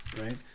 right